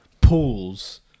pools